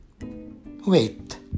wait